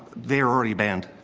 they're already banned.